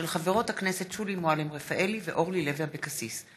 של חברות הכנסת שולי מועלם-רפאלי ואורלי לוי אבקסיס,